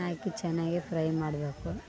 ಹಾಕಿ ಚೆನ್ನಾಗಿ ಫ್ರೈ ಮಾಡಬೇಕು